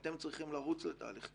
אתם צריכים לרוץ על תהליך כזה.